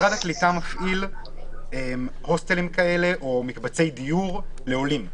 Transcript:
משרד הקליטה מפעיל הוסטלים כאלה או מקבצי דיור לעולים.